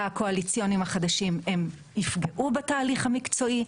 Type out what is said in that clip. הקואליציוניים החדשים יפגעו בתהליך המקצועי.